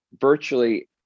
virtually